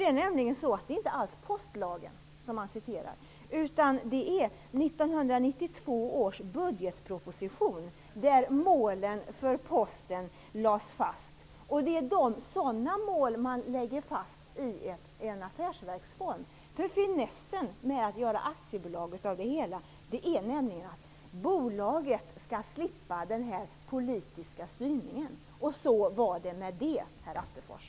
Det är nämligen inte alls postlagen som han citerar, utan det är 1992 års budgetproposition, där målen för Posten lades fast. Sådana mål läggs fast i en affärsverksform. Finessen med att göra Posten till ett aktiebolag är nämligen att bolaget skall slippa den politiska styrningen. Så var det med det, herr Attefors.